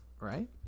right